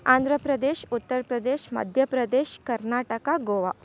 Andhra Pradesh Uttar Pradesh Madhya Pradesh Karnataka Goa